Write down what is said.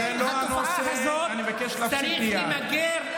זה לא הנושא, אני מבקש להפסיק מייד.